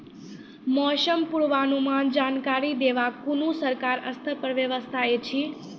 मौसम पूर्वानुमान जानकरी देवाक कुनू सरकारी स्तर पर व्यवस्था ऐछि?